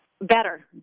better